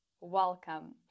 Welcome